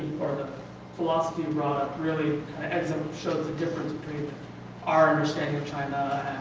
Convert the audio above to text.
or the philosophy you brought up really showed the difference between our understanding of china